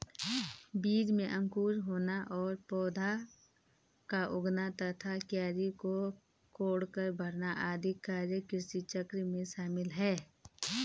बीज में अंकुर होना और पौधा का उगना तथा क्यारी को कोड़कर भरना आदि कार्य कृषिचक्र में शामिल है